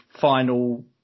final